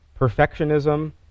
perfectionism